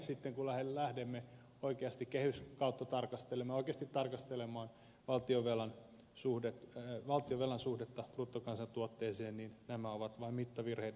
sitten kun lähdemme oikeasti kehys kautta tarkastelemalla kestitarkastelemaan valtionvelan tarkastelemaan valtionvelan suhdetta bruttokansantuotteeseen niin nämä ovat vain mittavirheitä